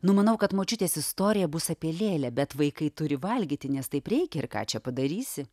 numanau kad močiutės istorija bus apie lėlę bet vaikai turi valgyti nes taip reikia ir ką čia padarysi